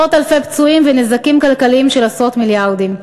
עשרות אלפי פצועים ונזקים כלכליים של עשרות מיליארדים.